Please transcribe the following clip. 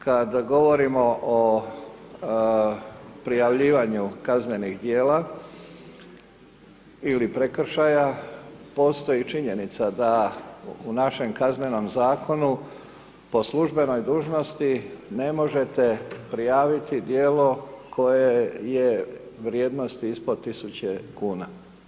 Kad govorimo o prijavljivanju kaznenih djela ili prekršaja, postoji činjenica da u našem Kaznenom Zakonu po službenoj dužnosti ne možete prijaviti djelo koje je vrijednosti ispod 1.000,00 kn.